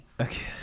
okay